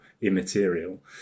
immaterial